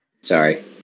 Sorry